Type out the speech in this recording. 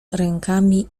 rękami